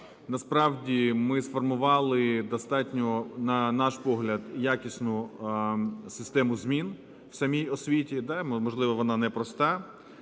Насправді ми сформували достатньо, на наш погляд, якісну систему змін в самій освіті, да, і, можливо, вона непроста,